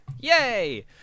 Yay